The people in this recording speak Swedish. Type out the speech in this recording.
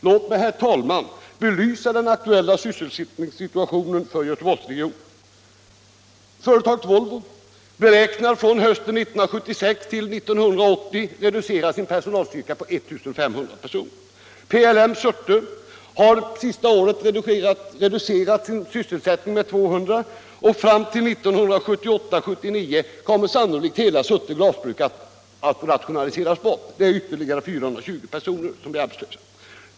Låt mig, herr talman, belysa den aktuella sysselsättningssituationen för Göteborgsregionen! Företaget Volvo beräknar under perioden hösten 1976 till 1980 reducera sin personalstyrka med 1 500 personer. PLM, Surte, har under det senaste året reducerat sin sysselsättning med 200 personer. Fram till 1978-1979 kommer sannolikt hela Surte Glasbruk att rationaliseras bort. Det är ytterligare 420 personer som då blir arbetslösa.